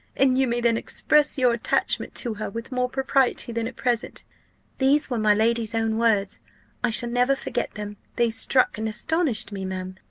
and you may then express your attachment to her with more propriety than at present these were my lady's own words i shall never forget them they struck and astonished me, ma'am,